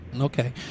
Okay